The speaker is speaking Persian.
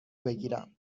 بگیرم